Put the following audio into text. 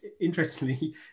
interestingly